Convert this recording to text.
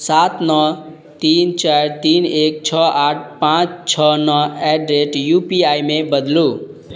सात नओ तीन चारि तीन एक छओ आठ पाँच छओ नओ at the rate U P I मे बदलू